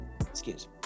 Excuse